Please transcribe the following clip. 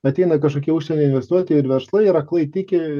ateina kažkokie užsienio investuotojai ir verslai ir aklai tiki